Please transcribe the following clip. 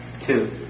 Two